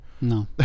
no